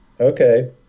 Okay